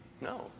No